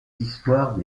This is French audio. l’histoire